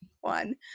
one